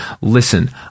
listen